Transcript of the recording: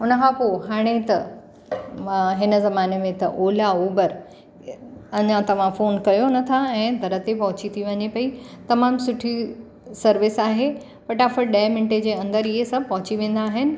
हुन खां पोइ हाणे त हिन ज़माने में त ओला उबर अञा तव्हां फ़ोन कयो नथा ऐं दरु ते पहुची थी वञे पई तमामु सुठी सर्विस आहे फटाफटि ॾह मिंटें जे अंदरि ई इहे सभु पहुची वेंदा आहिनि